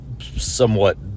somewhat